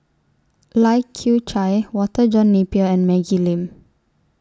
Lai Kew Chai Walter John Napier and Maggie Lim